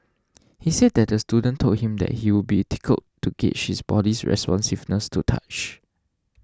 he said that the student told him that he would be tickled to gauge his body's responsiveness to touch